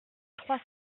trois